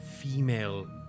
Female